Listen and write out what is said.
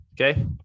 okay